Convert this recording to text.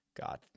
God